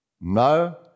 No